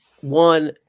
one